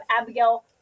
Abigail